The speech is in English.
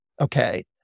Okay